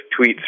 tweets